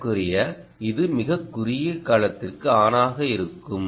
ஏறக்குறைய இது மிகக் குறுகிய காலத்திற்கு ஆன் ஆக இருக்கும்